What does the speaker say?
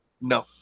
No